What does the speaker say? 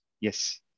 Yes